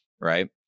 right